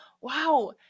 wow